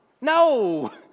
no